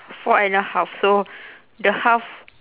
four and a half so the half